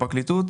הפרקליטות,